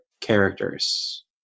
characters